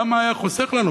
כמה היה חוסך לנו,